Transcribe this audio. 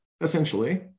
essentially